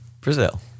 Brazil